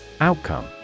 Outcome